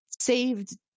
saved